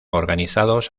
organizados